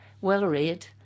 well-read